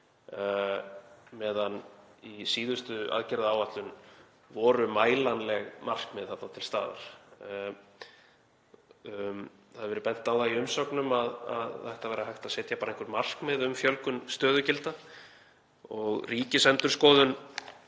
meðan í síðustu aðgerðaáætlun voru mælanleg markmið þarna til staðar. Það hefur verið bent á það í umsögnum að það ætti að vera hægt að setja bara einhver markmið um fjölgun stöðugilda og Ríkisendurskoðun